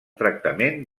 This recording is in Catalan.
tractament